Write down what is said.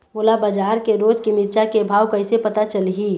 मोला बजार के रोज के मिरचा के भाव कइसे पता चलही?